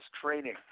training